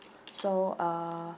so uh